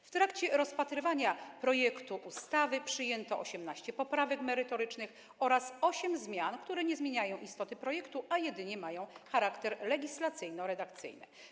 W trakcie rozpatrywania projektu ustawy przyjęto 18 poprawek merytorycznych oraz 8 zmian, które nie zmieniają istoty projektu, bowiem mają charakter legislacyjno-redakcyjny.